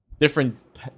different